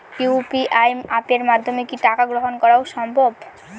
UPI অ্যাপের মাধ্যমে কি টাকা গ্রহণ করাও সম্ভব?